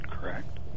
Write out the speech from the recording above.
correct